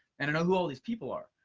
and i know who all of these people are.